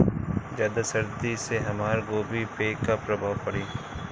ज्यादा सर्दी से हमार गोभी पे का प्रभाव पड़ी?